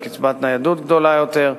קצבת ניידות גדולה יותר,